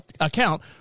account